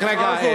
החכמים שותקים.